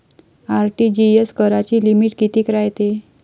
RTGS कराची limit कितीक रायते?